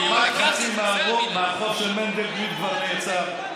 כמעט חצי מהרחוב של מנדלבליט כבר נעצר,